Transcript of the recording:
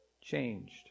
changed